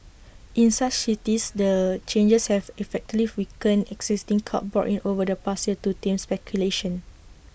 in such cities the changes have effectively weakened existing curbs brought in over the past year to tame speculation